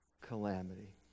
calamity